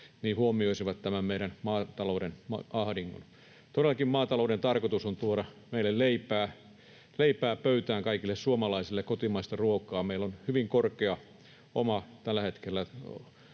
huomioisivat tämän meidän maatalouden ahdingon. Todellakin maatalouden tarkoitus on tuoda leipää pöytään kaikille meille suomalaisille, kotimaista ruokaa. Meillä on hyvin korkea omavaraisuusaste tällä hetkellä